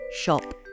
shop